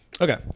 Okay